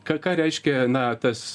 ką ką reiškia na tas